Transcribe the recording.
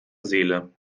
seele